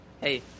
Hey